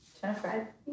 Jennifer